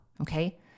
okay